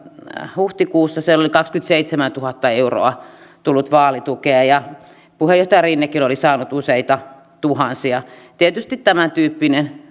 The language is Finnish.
huhtikuussa sieltä oli kaksikymmentäseitsemäntuhatta euroa tullut vaalitukea ja puheenjohtaja rinnekin oli saanut useita tuhansia tietysti tämäntyyppinen